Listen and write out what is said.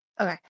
Okay